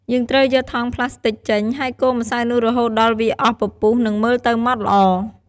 យើងត្រូវយកថង់ផ្លាស្ទិកចេញ ហើយកូរម្សៅនោះរហូតដល់វាអស់ពពុះ និងមើលទៅម៉ដ្ឋល្អ។